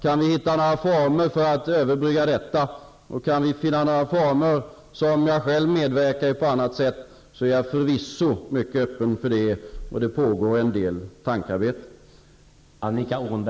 Kan vi hitta former för att överbrygga detta och kan vi hitta former där jag själv kan medverka på ett eller annat sätt, är jag förvisso mycket öppen för det. Det pågår en del tankearbete.